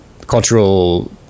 cultural